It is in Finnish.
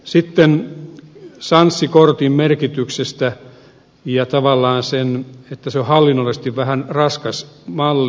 sitten sanssi kortin merkityksestä ja tavallaan siitä että se on hallinnollisesti vähän raskas malli